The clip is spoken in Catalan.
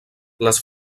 les